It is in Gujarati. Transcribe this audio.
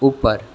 ઉપર